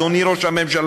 אדוני ראש הממשלה,